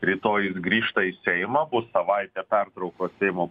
rytoj jis grįžta į seimą bus savaitė pertrauko seimo